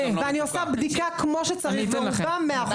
ואני עושה בדיקה כמו שצריך ורובן 100% משרה.